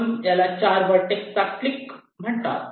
म्हणून याला 4 व्हर्टेक्स चा क्लिक म्हणतात